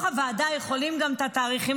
בתוך הוועדה אנחנו יכולים גם לשנות את התאריכים.